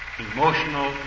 emotional